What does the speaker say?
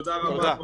תודה רבה.